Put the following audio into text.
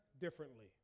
differently